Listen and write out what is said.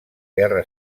guerra